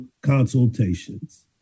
consultations